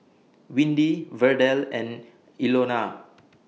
Windy Verdell and Ilona